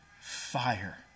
fire